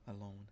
alone